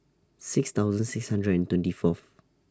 six thousand six hundred and twenty Fourth